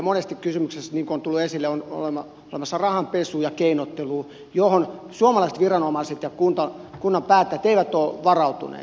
monesti kysymyksessä niin kun on tullut esille on rahanpesu ja keinottelu johon suomalaiset viranomaiset ja kunnan päättäjät eivät ole varautuneet